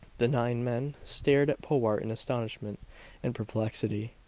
the nine men stared at powart in astonishment and perplexity.